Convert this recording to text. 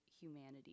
humanity